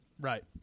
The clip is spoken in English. Right